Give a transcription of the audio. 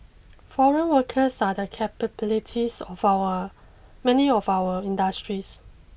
foreign workers are the capabilities of our many of our industries